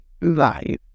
life